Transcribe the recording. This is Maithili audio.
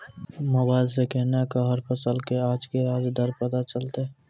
मोबाइल सऽ केना कऽ हर फसल कऽ आज के आज दर पता चलतै?